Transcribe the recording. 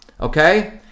okay